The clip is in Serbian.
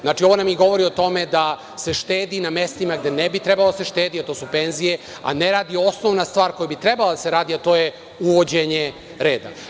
Znači, ovo nam i govori o tome da se štedi na mestima gde ne bi trebalo da se štedi, a to su penzije, a ne radi se osnovna stvar koja bi trebala da se radi, a to je uvođenje reda.